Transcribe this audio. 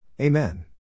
Amen